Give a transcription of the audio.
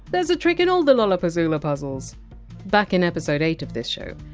s a trick in all the lollapuzzoola puzzles back in episode eight of this show,